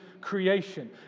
creation